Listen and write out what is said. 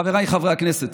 חבריי חברי הכנסת,